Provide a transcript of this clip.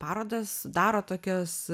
parodas daro tokias